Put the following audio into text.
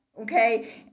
okay